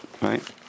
Right